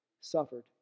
suffered